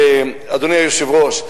אדוני היושב-ראש,